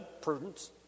prudence